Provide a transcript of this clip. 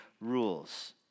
rules